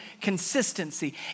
consistency